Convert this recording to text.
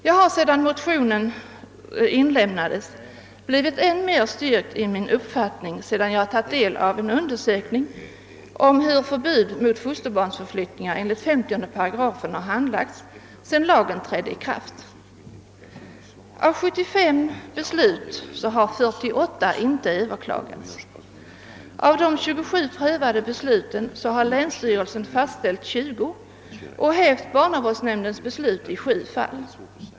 Jag har sedan motionen väcktes blivit än mer styrkt i min uppfattning efter att ha tagit del av en undersökning om hur förbud mot fosterbarnsförflyttningar enligt 50 § har handlagts under den tid lagen gällt. Av 75 beslut har 48 inte överklagats. Av de 27 prövade besluten har länsstyrelsen fastställt 20 och hävt barnavårdsnämndens beslut i sju fall.